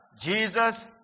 Jesus